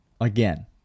again